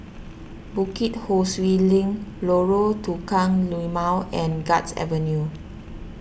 Bukit Ho Swee Link Lorong Tukang Lima and Guards Avenue